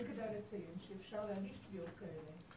תמיד כדאי לציין שאפשר להגיש תביעות כאלה.